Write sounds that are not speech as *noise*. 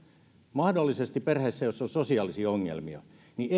mahdollisesti perheessä jossa on sosiaalisia ongelmia niin *unintelligible*